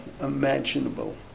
imaginable